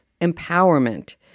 empowerment